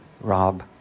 rob